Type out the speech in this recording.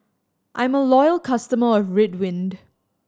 I'm a loyal customer of Ridwind